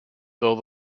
though